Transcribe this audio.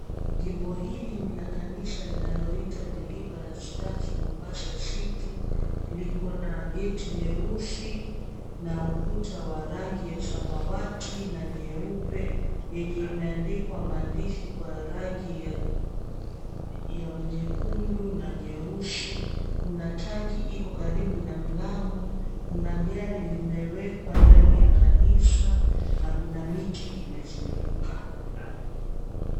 Jimbo hili ni la kanisa linaloitwa Deliverance church Mombasa City. liko na geti leusi na ukuta wa rangi ya samawati na nyeupe yenye imeandikwa maandishi kwa rangi ya nyekundu na nyeusi, kuna tanki iko karibu na mlango kuna gari limewekwa ndani ya kanisa na kuna miti imezunguka.